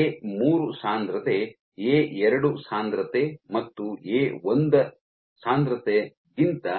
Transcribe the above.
A ಮೂರು A 3 ಸಾಂದ್ರತೆ A ಎರಡು ಎ 2 ಸಾಂದ್ರತೆ ಮತ್ತು ಎ ಒಂದು ಎ 1 ನ ಗಿಂತ ದೊಡ್ಡದಾಗಿದೆ